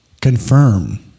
confirm